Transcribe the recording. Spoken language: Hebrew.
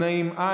נמנעים,